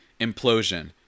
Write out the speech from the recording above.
implosion